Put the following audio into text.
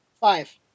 five